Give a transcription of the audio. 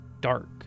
dark